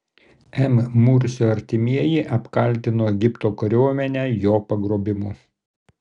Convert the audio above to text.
m mursio artimieji apkaltino egipto kariuomenę jo pagrobimu